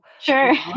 Sure